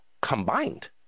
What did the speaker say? combined